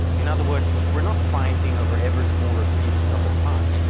in other words, we're not fighting over ever-smaller pieces of the pie.